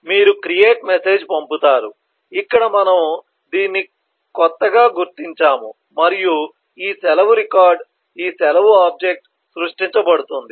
కాబట్టి మీరు create message పంపుతారు ఇక్కడ మనము దీన్ని క్రొత్తగా గుర్తించాము మరియు ఈ సెలవు రికార్డు ఈ సెలవు ఆబ్జెక్ట్ సృష్టించబడుతుంది